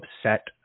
upset